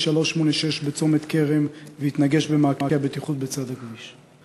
386 בצומת כרם והתנגש במעקה הבטיחות בצד הכביש.